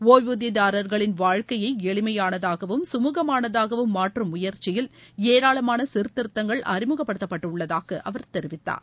ஒய்வூதியதாரர்களின் வாழ்க்கையய எளிமையானதாகவும் கமுகமானதாகவும் மாற்றும் முயற்சியில் ஏராளமான சீர்திருத்தங்கள் அறிமுகப்படுத்தப்பட்டுள்ளதாக அவர் தெரிவித்தார்